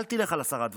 אל תלך על עשרה דברים,